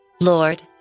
Lord